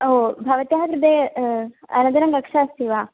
ओ भवत्याः कृते अनन्तरं कक्षा अस्ति वा